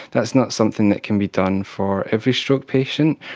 that's not something that can be done for every stroke patient.